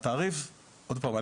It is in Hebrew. עוד פעם,